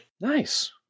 Nice